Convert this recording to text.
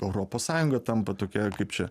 europos sąjunga tampa tokia kaip čia